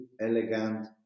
elegant